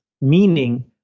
meaning